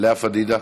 לאה פדידה,